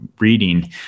reading